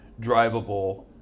drivable